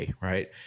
right